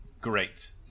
Great